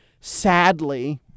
sadly